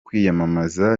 kwiyamamaza